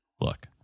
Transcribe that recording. look